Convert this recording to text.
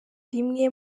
rimwe